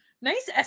Nice